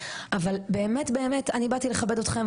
אבל באמת אני באתי לכבד אתכם,